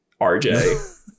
rj